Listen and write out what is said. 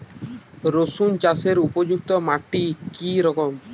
রুসুন চাষের উপযুক্ত মাটি কি রকম?